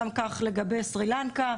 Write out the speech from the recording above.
גם כך לגבי סרי לנקה.